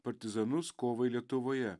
partizanus kovai lietuvoje